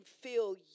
feel